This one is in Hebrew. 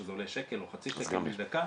שזה עולה שקל או חצי שקל לדקה,